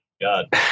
God